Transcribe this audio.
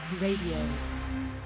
radio